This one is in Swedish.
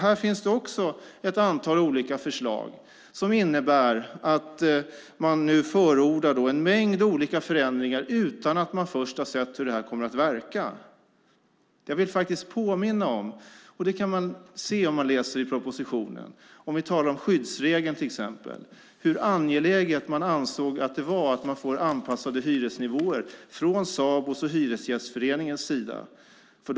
Här finns ett antal olika förslag som innebär att man nu förordar en mängd olika förändringar utan att man först har sett hur det kommer att verka. Jag vill påminna om, och det kan man se om man läser i propositionen om vi till exempel talar om skyddsregeln, hur angeläget man från Sabos och Hyresgästföreningens sida ansåg att det var att man får anpassade hyresnivåer.